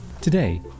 Today